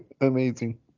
Amazing